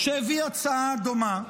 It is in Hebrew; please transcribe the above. שהביא הצעה דומה.